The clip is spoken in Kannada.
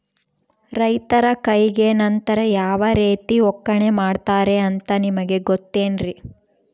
ರೈತರ ಕೈಗೆ ನಂತರ ಯಾವ ರೇತಿ ಒಕ್ಕಣೆ ಮಾಡ್ತಾರೆ ಅಂತ ನಿಮಗೆ ಗೊತ್ತೇನ್ರಿ?